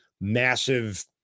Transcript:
massive